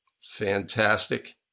Fantastic